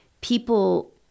people